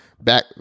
back